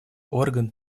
орган